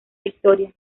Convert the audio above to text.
victoria